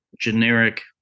generic